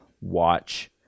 watch